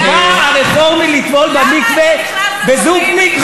בא הרפורמי לטבול במקווה ב"זופניק"